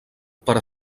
per